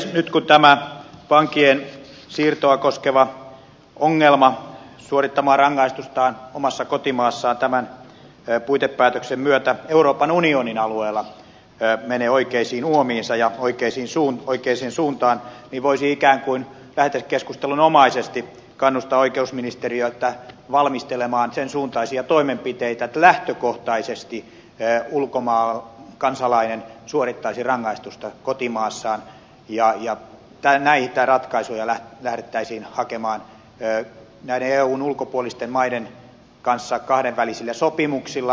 nyt kun tämä vankien siirtoa koskeva ongelma rangaistuksen suorittaminen omassa kotimaassaan tämän puitepäätöksen myötä euroopan unionin alueella menee oikeisiin uomiinsa ja oikeaan suuntaan niin voisi ikään kuin lähetekeskustelunomaisesti kannustaa oikeusministeriötä valmistelemaan sen suuntaisia toimenpiteitä että lähtökohtaisesti ulkomaan kansalainen suorittaisi rangaistusta kotimaassaan ja näitä ratkaisuja lähdettäisiin hakemaan näiden eun ulkopuolisten maiden kanssa kahdenvälisillä sopimuksilla